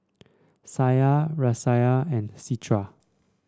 Syah Raisya and Citra